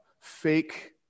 fake